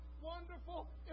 wonderful